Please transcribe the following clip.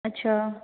अच्छा